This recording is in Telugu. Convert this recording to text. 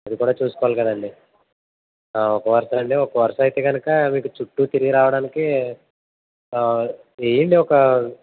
అది కూడా చూసుకోవాలి కదండి ఒక వరుసాది ఒక వరుస అయితే కనుక మీకు చుట్టూ తిరిగి రావడానికి వెయ్యండి ఒక